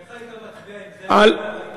איך היית מצביע, על ההתנחלויות?